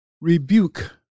rebuke